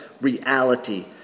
reality